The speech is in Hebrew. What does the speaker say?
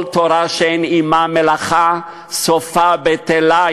"כל תורה שאין עמה מלאכה סופה בטלה",